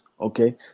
Okay